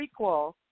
prequel